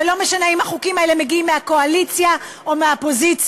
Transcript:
ולא משנה אם החוקים האלה מגיעים מהקואליציה או מהאופוזיציה.